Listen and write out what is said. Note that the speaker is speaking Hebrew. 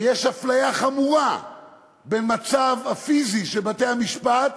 ויש אפליה חמורה בין המצב הפיזי של בתי-המשפט,